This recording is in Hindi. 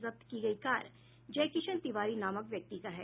जब्त की गयी कार जयकिशन तिवारी नामक व्यक्ति का है